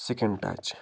skin touch